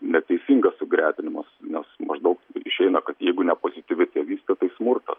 neteisingas sugretinimas nes maždaug išeina kad jeigu ne pozityvi tėvystė tai smurtas